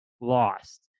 lost